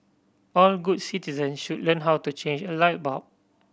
all good citizen should learn how to change a light bulb